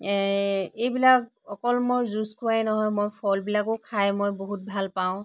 এইবিলাক অকল মোৰ জুচ খোৱাই নহয় মই ফলবিলাকো খাই মই বহুত ভালপাওঁ